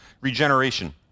regeneration